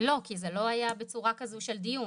לא, כי זה לא היה בצורה כזו של דיון.